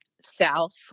South